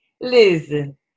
listen